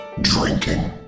Drinking